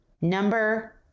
Number